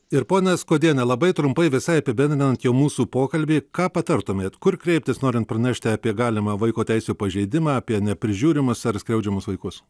ir ponia skuodiene labai trumpai visai apibendrinant jau mūsų pokalbį ką patartumėt kur kreiptis norint pranešti apie galimą vaiko teisių pažeidimą apie neprižiūrimus ar skriaudžiamus vaikus